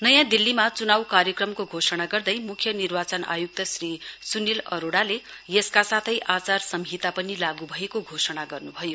नयाँ दिल्लीमा चुनाउ कार्यक्रमको घोषणा गर्दै मुख्य निर्वाचन आयुक्त श्री सुनील अरोड़ाले यसका साथैआचार संहिता लागू भएको घोषणा गर्नुभयो